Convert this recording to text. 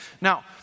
Now